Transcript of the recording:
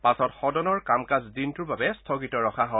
পাছত সদনৰ কাম কাজ দিনটোৰ বাবে স্থগিত ৰখা হয়